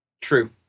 True